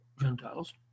Gentiles